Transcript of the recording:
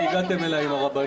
למה לא היום?